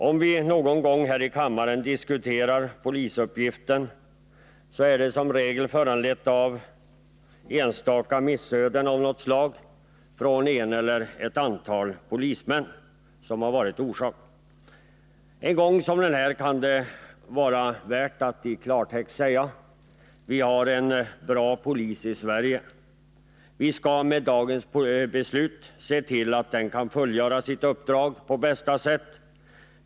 Om vi någon gång här i kammaren diskuterar polisens uppgifter, är det som regel föranlett av något enstaka missöde av något slag som orsakats av någon eller några polismän. Vid ett tillfälle som detta kan det finnas anledning att i klartext säga: Vi har en bra polis i Sverige. Vi skall med dagens beslut se till att den kan fullgöra sitt uppdrag på bästa sätt.